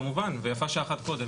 כמובן ויפה שעה אחת קודם,